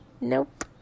Nope